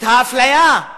את האפליה,